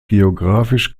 geografisch